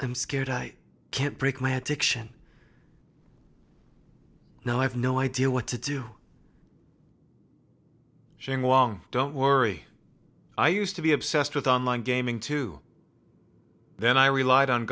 i'm scared i can't break my addiction now i have no idea what to do don't worry i used to be obsessed with online gaming too then i relied on